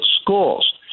schools